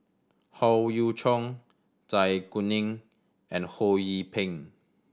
Howe Yoon Chong Zai Kuning and Ho Yee Ping